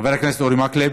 חבר הכנסת אורי מקלב,